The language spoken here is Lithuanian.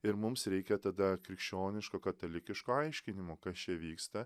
ir mums reikia tada krikščioniško katalikiško aiškinimo kas čia vyksta